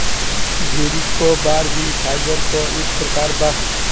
भेड़ी क बार भी फाइबर क एक प्रकार बा